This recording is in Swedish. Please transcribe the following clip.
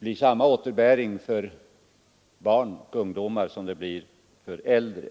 få samma återbäring som äldre.